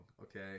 okay